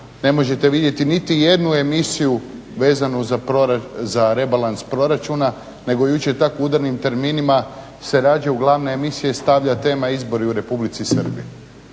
ne možete vidjeti niti jednu emisiju vezanu za rebalans proračuna, nego jučer u tako udarnim terminima se rađe u glavne emisije stavlja tema "Izbori u Republici Srbiji",